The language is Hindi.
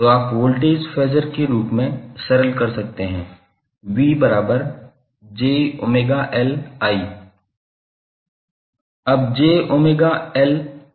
तो आप वोल्टेज फेज़र के रूप में सरल कर सकते हैं 𝑽𝑗𝜔𝐿𝑰 अब 𝑗𝜔𝐿 क्या है